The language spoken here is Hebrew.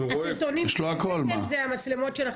זה המצלמות שלכם?